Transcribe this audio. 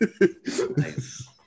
Nice